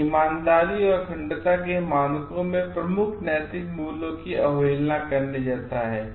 यह ईमानदारी और अखंडता के मानकों में प्रमुख नैतिक मूल्यों की अवहेलना करने जैसा है